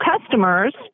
customers